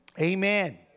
Amen